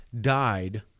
died